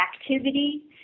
activity